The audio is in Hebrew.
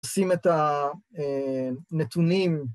לשים את הנתונים